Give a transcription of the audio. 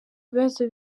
bibazo